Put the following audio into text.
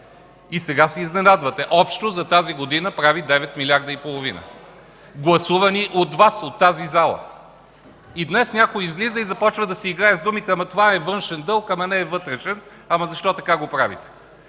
И сега се изненадвате! Общо за тази година прави 9,5 милиарда гласувани от Вас, от тази зала. И днес някой излиза и започва да си играе с думите: „Ама, това е външен дълг, ама не е вътрешен. Ама защо така го правите?”